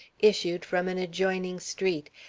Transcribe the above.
issued from an adjoining street,